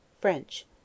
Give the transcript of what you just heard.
French